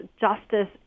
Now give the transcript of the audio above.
justice